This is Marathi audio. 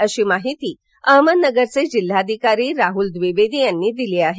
अशी माहिती अहमदनगरचे जिल्हाधिकारी राहुल द्विवेदी यांनी दिली आहे